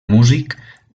músic